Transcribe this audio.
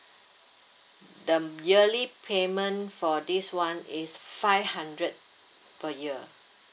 the yearly payment for this one is five hundred per year